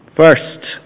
First